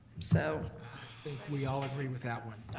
so think we all agree with that one.